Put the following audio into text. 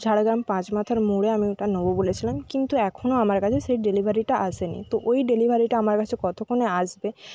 ঝাড়গ্রাম পাঁচ মাথার মোড়ে আমি ওটা নেব বলেছিলাম কিন্তু এখনও আমার কাছে সেই ডেলিভারিটা আসেনি তো ওই ডেলিভারিটা আমার কাছে কতক্ষণে আসবে